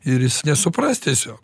ir jis nesupras tiesio